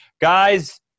Guys